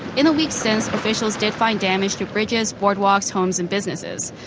in the weeks since, officials did find damage to bridges, boardwalks, homes and businesses.